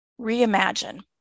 reimagine